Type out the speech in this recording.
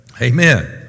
Amen